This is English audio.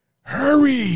Hurry